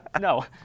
No